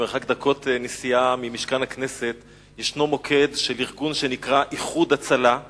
במרחק דקות נסיעה ממשכן הכנסת יש מוקד של ארגון שנקרא "איחוד הצלה",